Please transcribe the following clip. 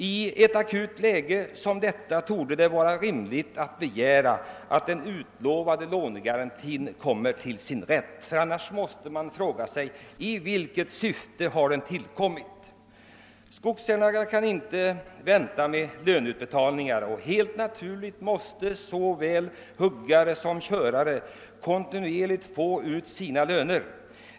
I ett akut läge som detta torde det vara rimligt att den utlovade lånegarantin kommer till användning, ty annars måste man fråga sig för vilket syfte den tillkommit. Skogsägarna kan inte vänta med löneutbetalningar, och helt naturligt måste såväl huggare som körare kontinuerligt få ut lönerna.